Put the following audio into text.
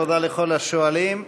תודה לכל השואלים.